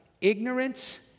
ignorance